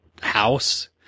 house